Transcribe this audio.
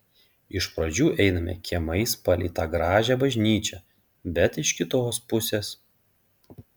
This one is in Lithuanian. iš pradžių einame kiemais palei tą gražią bažnyčią bet iš kitos pusės